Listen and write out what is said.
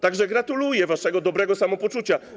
Tak że gratuluję waszego dobrego samopoczucia.